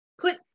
put